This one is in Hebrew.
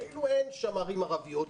כאילו אין שם ערים ערביות.